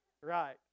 Right